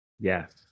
Yes